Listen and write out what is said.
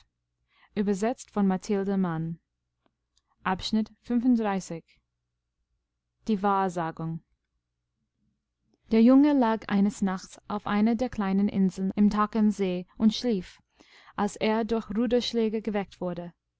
xix diewahrsagung der junge lag eines nachts auf einer der kleinen inseln im tkernsee und schlief als er durch ruderschläge geweckt wurde